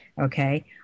okay